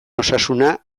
osasuna